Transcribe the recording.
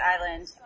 Island